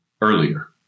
earlier